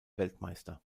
weltmeister